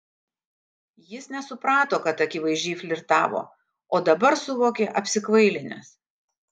jis nesuprato kad akivaizdžiai flirtavo o dabar suvokė apsikvailinęs